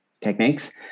techniques